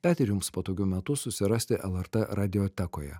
bet ir jums patogiu metu susirasti lrt radiotekoje